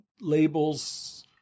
labels